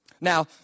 Now